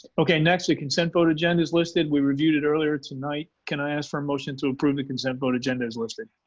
okay, next to consent vote agenda's listed. we reviewed it earlier tonight. can i ask for a motion to approve the consent vote agenda is listed.